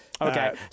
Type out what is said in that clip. Okay